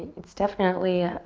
it's definitely